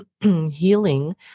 healing